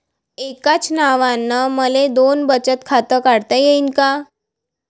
एकाच नावानं मले दोन बचत खातं काढता येईन का?